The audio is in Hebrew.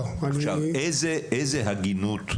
איזו הגינות,